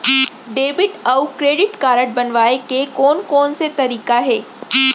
Debit अऊ credit card बनवाए के कोन कोन से तरीका हे?